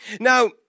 Now